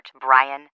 Brian